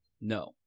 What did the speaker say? no